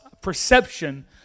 perception